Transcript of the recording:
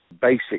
basic